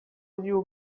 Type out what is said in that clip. new